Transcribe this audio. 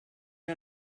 que